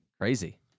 Crazy